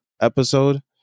episode